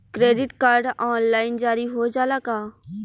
Credit card online जारी हो जाला का?